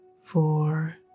four